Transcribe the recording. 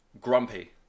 grumpy